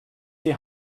die